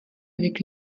avec